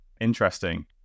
interesting